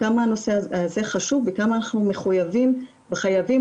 כמה הנושא הזה חשוב וכמה אנחנו מחויבים וחייבים